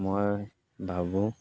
মই ভাবোঁ